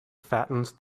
fattens